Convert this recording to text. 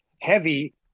heavy